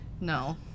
no